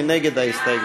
מי נגד ההסתייגות?